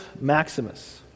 Maximus